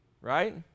Right